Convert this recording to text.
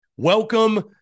Welcome